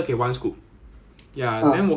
then after that 是 veggie then after that 是 soup